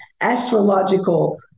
astrological